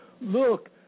look